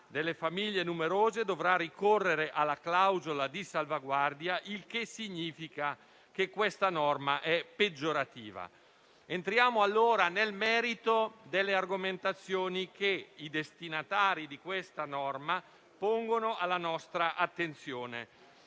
delle famiglie numerose dovrà ricorrere alla clausola di salvaguardia, il che significa che questa norma è peggiorativa. Entriamo allora nel merito delle argomentazioni che i destinatari di questa norma pongono alla nostra attenzione.